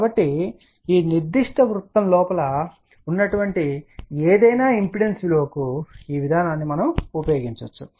కాబట్టి ఈనిర్దిష్ట వృత్తం లోపల ఉన్న ఏదైనా ఇంపిడెన్స్ విలువ కు ఈ విధానాన్ని ఉపయోగించవచ్చు